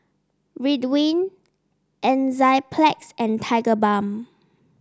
Ridwind Enzyplex and Tigerbalm